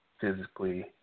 physically